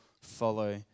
follow